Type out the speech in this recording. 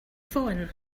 phone